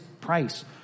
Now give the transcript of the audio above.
price